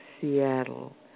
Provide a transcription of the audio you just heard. Seattle